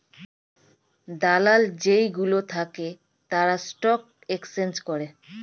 দালাল যেই গুলো থাকে তারা স্টক এক্সচেঞ্জ করে